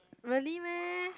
really meh